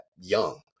young